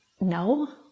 no